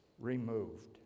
removed